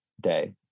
day